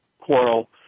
quarrel